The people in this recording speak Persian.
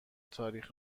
تاریخ